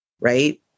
Right